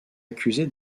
accusée